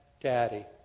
daddy